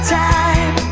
time